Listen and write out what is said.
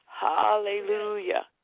Hallelujah